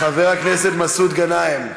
חבר הכנסת מסעוד גנאים,